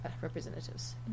representatives